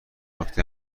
نکته